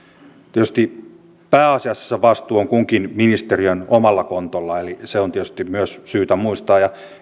tietysti pääasiassa se vastuu on kunkin ministeriön omalla kontolla eli myös se on tietysti syytä muistaa ja